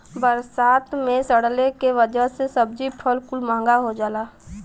बरसात मे सड़ले के वजह से सब्जी फल कुल महंगा हो जाला